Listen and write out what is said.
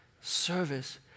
Service